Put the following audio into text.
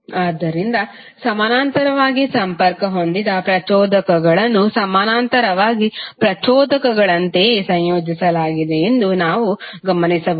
ಆದ್ದರಿಂದ ಸಮಾನಾಂತರವಾಗಿ ಸಂಪರ್ಕ ಹೊಂದಿದ ಪ್ರಚೋದಕಗಳನ್ನು ಸಮಾನಾಂತರವಾಗಿ ಪ್ರತಿರೋಧಕಗಳಂತೆಯೇ ಸಂಯೋಜಿಸಲಾಗಿದೆ ಎಂದು ನಾವು ಗಮನಿಸಬಹುದು